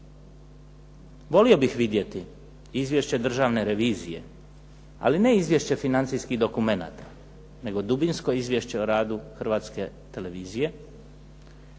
Volio bih vidjeti izvješće državne revizije, ali ne izvješće financijskih dokumenata, nego dubinsko izvješće o radu Hrvatske televizije,